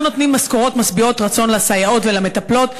לא נותנים משכורות משביעות רצון לסייעות ולמטפלות.